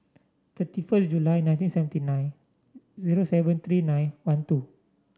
thirty first July nineteen seventy nine zero seven three nine one two